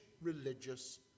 religious